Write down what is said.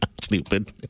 Stupid